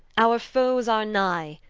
our foes are nye,